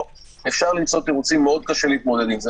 אפשר למצוא תירוצים, מאוד קשה להתמודד עם זה.